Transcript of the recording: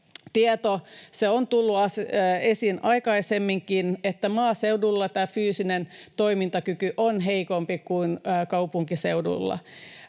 Se on tullut esiin aikaisemminkin, että maaseudulla tämä fyysinen toimintakyky on heikompi kuin kaupunkiseudulla.